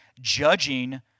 judging